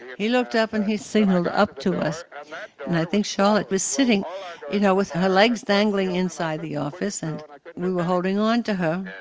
he looked up and he signaled up to us and i think charlotte was sitting you know with her legs dangling inside the office and like we were holding on to her.